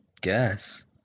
guess